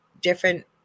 different